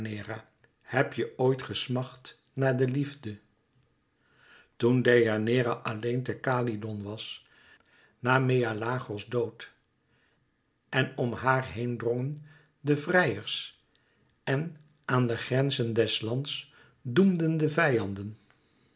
heb je ooit gesmacht naar de liefde toen deianeira alleen te kalydon was na meleagros dood en om haar heen drongen de vrijers en aan de grenzen des lands doemden de vijanden